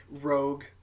Rogue